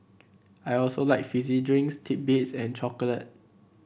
I also like fizzy drinks titbits and chocolate